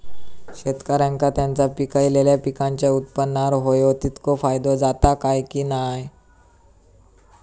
शेतकऱ्यांका त्यांचा पिकयलेल्या पीकांच्या उत्पन्नार होयो तितको फायदो जाता काय की नाय?